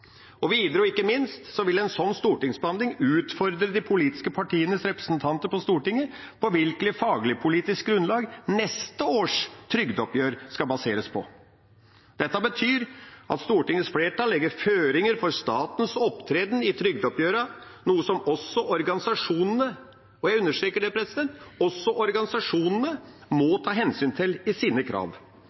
Videre – og ikke minst – vil en slik stortingsbehandling utfordre de politiske partienes representanter på Stortinget på hvilket fagligpolitisk grunnlag neste års trygdeoppgjør skal baseres på. Dette betyr at Stortingets flertall legger føringer for statens opptreden i trygdeoppgjørene, noe som også organisasjonene – og jeg understreker det – må ta hensyn til i sine krav.